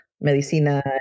medicina